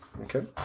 Okay